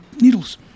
needles